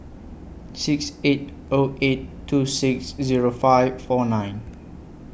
six eight O eight two six Zero five four nine